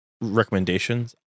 recommendations